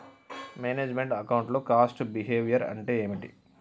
Manage meant account లో cost behaviour అంటే ఏమిటి?